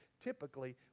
typically